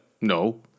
No